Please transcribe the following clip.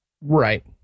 Right